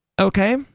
Okay